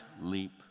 leap